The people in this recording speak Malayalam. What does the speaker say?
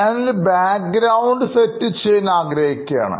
ഞാൻ ഒരു പശ്ചാത്തലം സെറ്റ് ചെയ്യുവാൻ ആഗ്രഹിക്കുകയാണ്